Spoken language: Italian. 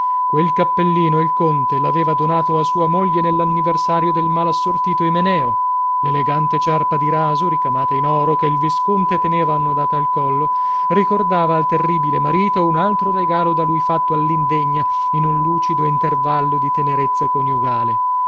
quel cappellino il conte l'aveva donato a sua moglie nell'anniversario del malassortito imeneo l'elegante ciarpa di raso ricamata in oro che il visconte teneva annodata al collo ricordava al terribile marito un altro regalo da lui fatto all'indegna in un lucido intervallo di tenerezza coniugale